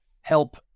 help